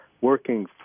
working